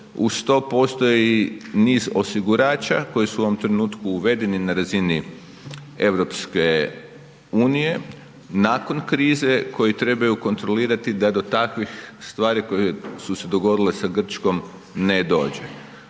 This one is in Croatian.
Uz to postoji i niz osigurača koji su u ovom trenutku uvedeni na razini Europske unije nakon krize koji trebaju kontrolirati da do takvih stvari koje su se dogodile sa Grčkom ne dođe.